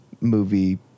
movie